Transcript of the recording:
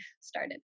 started